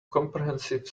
comprehensive